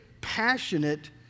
passionate